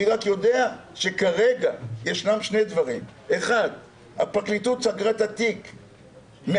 אני רק יודע שכרגע יש שני דברים: 1. הפרקליטות סגרה את התיק מעצלות.